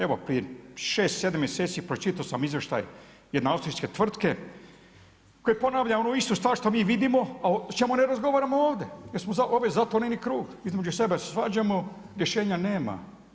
Evo prije 6, 7 mjeseci pročitao sam izvještaj jedne austrijske tvrtke koji ponavlja onu istu stvar što mi vidimo a o čemu ne razgovaramo ovdje jer ovo je zatvoreni krug, između sebe se svađamo, rješenja nema.